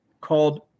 called